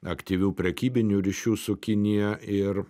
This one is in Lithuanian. aktyvių prekybinių ryšių su kinija ir